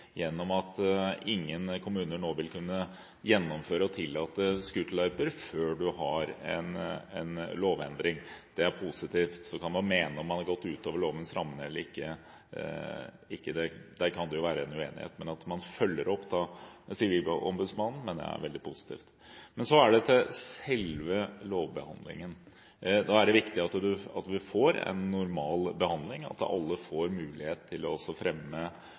gjennom at ingen kommuner nå vil kunne tillate scooterløyper før man har en lovendring. Så kan man diskutere om man har gått utover lovens rammer eller ikke, der kan det jo være en uenighet, men at man følger opp Sivilombudsmannen, mener jeg er veldig positivt. Men så til selve lovbehandlingen. Da er det viktig at vi får en normal behandling, at alle får mulighet til å fremme sine synspunkter, og selv om man legger vekt på det lokale selvstyret, er det også